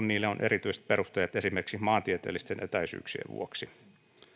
kuin niille on erityiset perusteet esimerkiksi maantieteellisten etäisyyksien vuoksi